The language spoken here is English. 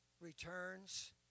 returns